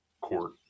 court